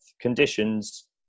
conditions